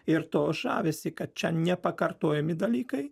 ir to žavesį kad čia nepakartojami dalykai